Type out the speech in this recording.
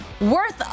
worth